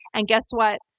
and guess what?